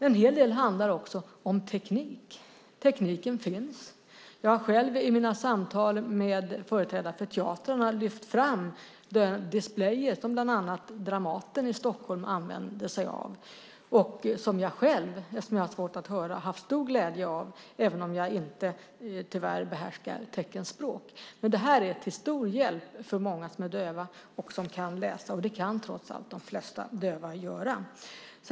En hel del handlar också om teknik. Tekniken finns. Jag har själv i mina samtal med företrädare för teatrarna lyft fram den display som bland annat Dramaten i Stockholm använt sig av och som jag själv eftersom jag har svårt att höra haft stor glädje av fastän jag, tyvärr, inte behärskar teckenspråket. Det här är till stor hjälp för många som är döva och som kan läsa. Det kan trots allt de flesta döva göra.